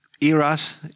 eras